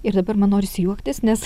ir dabar man norisi juoktis nes